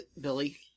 Billy